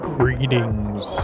Greetings